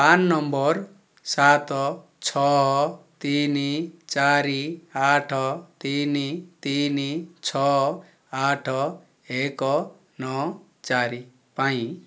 ପାନ୍ number ସାତ ଛଅ ତିନି ଚାରି ଆଠ ତିନି ତିନି ଛଅ ଆଠ ଏକ ନଅ ଚାରି ପାଇଁ